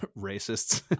racists